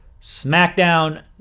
SmackDown